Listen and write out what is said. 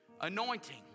Anointing